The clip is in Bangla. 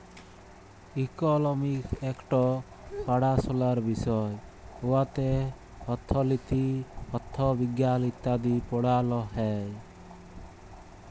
ইকলমিক্স ইকট পাড়াশলার বিষয় উয়াতে অথ্থলিতি, অথ্থবিজ্ঞাল ইত্যাদি পড়াল হ্যয়